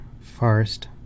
Forest